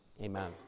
Amen